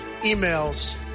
emails